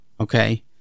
Okay